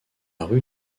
rue